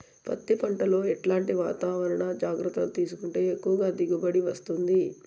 పత్తి పంట లో ఎట్లాంటి వాతావరణ జాగ్రత్తలు తీసుకుంటే ఎక్కువగా దిగుబడి వస్తుంది?